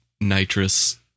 nitrous